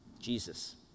Jesus